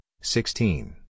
sixteen